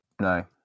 No